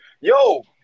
yo